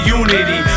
unity